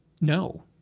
no